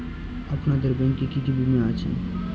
আপনাদের ব্যাংক এ কি কি বীমা আছে?